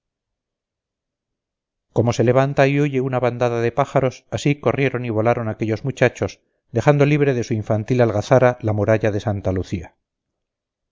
como se levanta y huye una bandada de pájaros así corrieron y volaron aquellos muchachos dejando libre de su infantil algazara la muralla de santa lucía